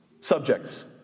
subjects